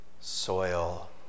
soil